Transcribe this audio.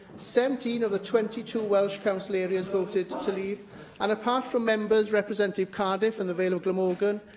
seventeen of the twenty two welsh council areas voted to leave and, apart from members representing cardiff and the vale of glamorgan,